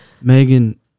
Megan